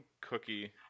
cookie